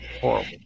Horrible